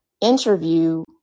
interview